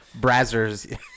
Brazzers